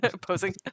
posing